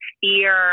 fear